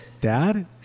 Dad